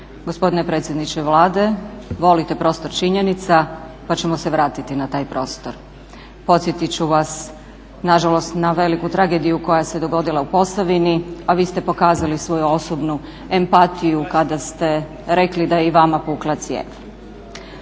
Gospodine predsjedniče Vlade, volite prostor činjenica pa ćemo se vratiti na taj prostor. Podsjetiti ću vas nažalost na veliku tragediju koja se dogodila u Posavini a vi ste pokazali svoju osobnu empatiju kada ste rekli da je i vama pukla cijev.